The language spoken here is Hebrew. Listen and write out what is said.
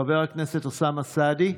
חבר הכנסת אוסאמה סעדי,